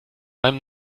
beim